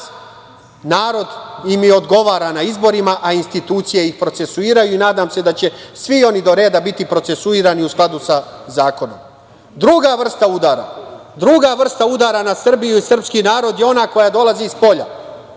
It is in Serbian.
narod im odgovara na izborima, a institucije ih procesuiraju i nadam se da će svi oni do reda biti procesuirani u skladu sa zakonom. Druga vrsta udara na Srbiju i srpski narod je ona koja dolazi spolja.